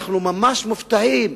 אנחנו ממש מופתעים,